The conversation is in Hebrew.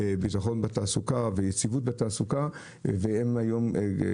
כדי שיהיה להם ביטחון בתעסוקה ויציבות בתעסוקה.